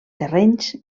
terrenys